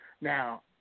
Now